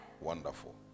Wonderful